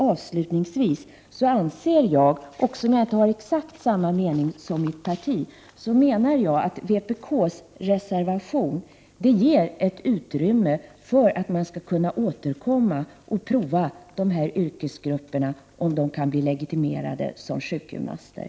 Slutligen anser jag, även om jag inte har exakt samma mening som mitt parti, att vpk:s reservation ger ett utrymme för att man skall kunna återkomma och prova om dessa yrkesgrupper kan bli legitimerade som sjukgymnaster.